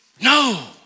No